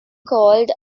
called